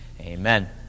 Amen